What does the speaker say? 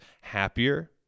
happier